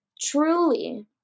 truly